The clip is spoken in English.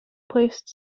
placed